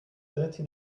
thirty